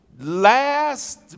last